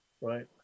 Right